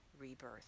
rebirth